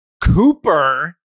Cooper